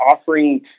offering